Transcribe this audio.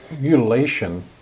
mutilation